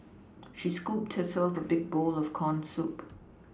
she scooped herself a big bowl of corn soup